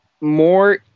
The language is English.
more